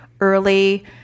early